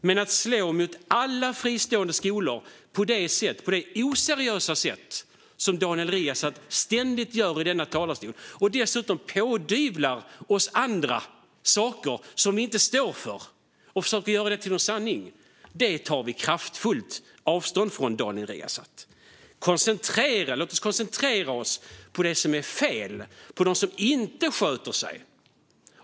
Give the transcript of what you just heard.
Men att slå mot alla fristående skolor på det oseriösa sätt som Daniel Riazat ständigt gör i talarstolen och dessutom pådyvla oss andra sådant som vi inte står för och försöka gör det till en sanning tar vi kraftfullt avstånd från. Låt oss i stället koncentrera oss på det som är fel och på dem som inte sköter sig.